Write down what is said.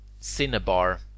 CINNABAR